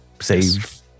save